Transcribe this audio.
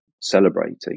celebrating